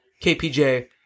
KPJ